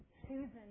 Susan